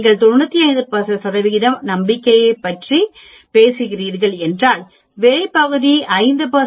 நீங்கள் 95 நம்பிக்கையைப் பற்றி பேசுகிறீர்கள் என்றால் வெளி பகுதி 5 அல்லது 0